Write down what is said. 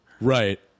Right